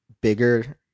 bigger